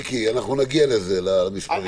מיקי, נגיע למספרים.